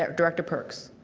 um director perks.